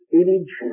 image